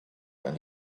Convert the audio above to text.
and